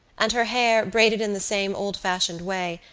and her hair, braided in the same old-fashioned way,